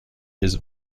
his